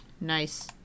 Nice